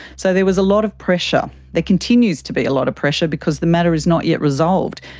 so there was a lot of pressure. there continues to be a lot of pressure because the matter is not yet resolved.